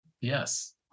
Yes